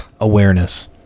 awareness